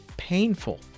painful